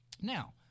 Now